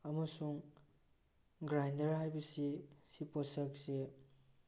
ꯑꯃꯁꯨꯡ ꯒ꯭ꯔꯥꯏꯟꯗꯔ ꯍꯥꯏꯕꯁꯤ ꯁꯤ ꯄꯣꯠꯁꯛꯁꯤ